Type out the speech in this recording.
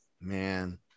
man